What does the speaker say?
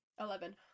Eleven